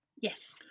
Yes